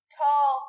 tall